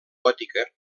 gòtica